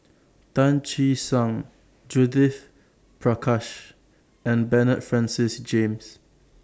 Tan Che Sang Judith Prakash and Bernard Francis James